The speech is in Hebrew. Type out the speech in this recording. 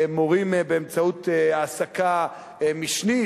"מורים באמצעות העסקה משנית",